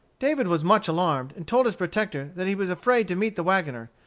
david was much alarmed, and told his protector that he was afraid to meet the wagoner,